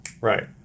Right